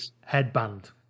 Headband